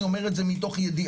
אני אומר את זה מתוך ידיעה,